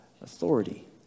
authority